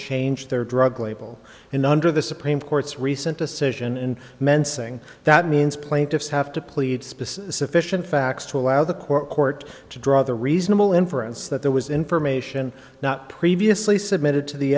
change their drug label and under the supreme court's recent decision in mensing that means plaintiffs have to plead specific sufficient facts to allow the court court to draw the reasonable inference that there was information not previously submitted to the